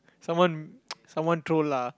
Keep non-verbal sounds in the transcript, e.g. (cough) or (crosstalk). someone (noise) someone troll lah